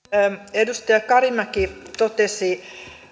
edustaja karimäki totesi